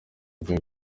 buryo